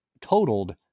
totaled